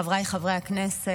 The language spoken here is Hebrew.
חבריי חברי הכנסת,